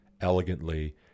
elegantly